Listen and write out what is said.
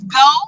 go